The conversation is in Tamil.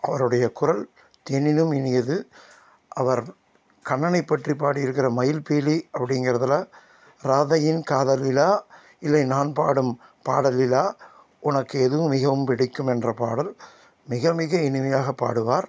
அவருடைய குரல் தேனினும் இனியது அவர் கண்ணனைப் பற்றி பாடி இருக்கிற மயில் பீலி அப்படிங்கிறதுல ராதையின் காதலிலா இல்லை நான் பாடும் பாடலிலா உனக்கு எது மிகவும் பிடிக்கும் என்ற பாடல் மிக மிக இனிமையாக பாடுவார்